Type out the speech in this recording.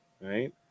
right